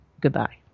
Goodbye